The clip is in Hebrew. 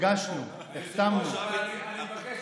לקח לו